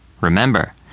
Remember